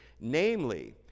Namely